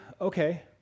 okay